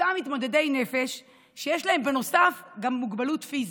אותם מתמודדי נפש שיש להם בנוסף גם מוגבלות פיזית,